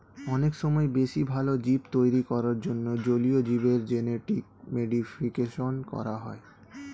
অনেক সময় বেশি ভালো জীব তৈরী করার জন্যে জলীয় জীবের জেনেটিক মডিফিকেশন করা হয়